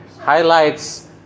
highlights